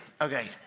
Okay